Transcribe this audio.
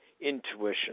intuition